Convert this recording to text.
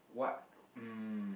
what um